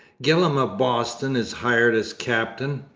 gillam of boston is hired as captain,